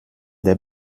der